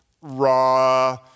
raw